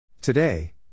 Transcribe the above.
Today